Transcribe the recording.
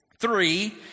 three